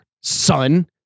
son